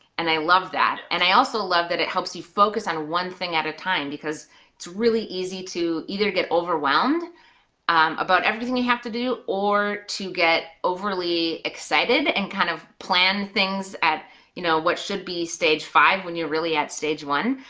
and i love that, and i also love that it helps you focus on one thing at a time because it's really easy to either get overwhelmed about everything you have to do, or to get overly excited and kind of plan things at you know what should be stage five when you're really at stage one,